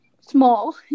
small